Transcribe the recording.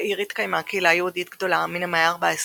בעיר התקיימה קהילה יהודית גדולה מן המאה ה-14